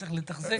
שצריך לתחזק.